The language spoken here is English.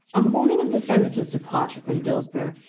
on the morning of the senator's departure from dillsborough,